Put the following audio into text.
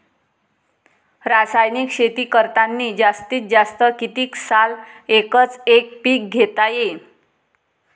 रासायनिक शेती करतांनी जास्तीत जास्त कितीक साल एकच एक पीक घेता येईन?